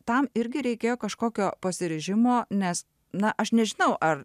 tam irgi reikėjo kažkokio pasiryžimo nes na aš nežinau ar